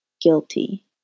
guilty